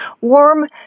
Warm